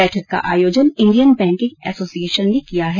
बैठक का आयोजन इंडियन बैंकिंग एसोसिएशन ने किया है